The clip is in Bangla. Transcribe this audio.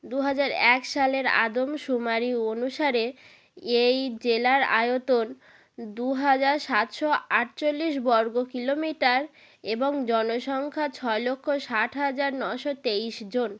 দু হাজার এক সালের আদমশুমারি অনুসারে এই জেলার আয়তন দু হাজার সাতশো আট চল্লিশ বর্গ কিলোমিটার এবং জনসংখ্যা ছ লক্ষ ষাট হাজার নশো তেইশ জন